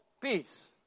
peace